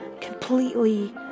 completely